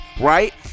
right